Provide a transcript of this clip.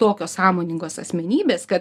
tokios sąmoningos asmenybės kad